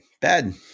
Bad